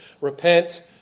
repent